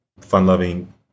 fun-loving